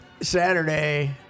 Saturday